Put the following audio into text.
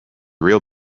real